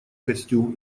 костюм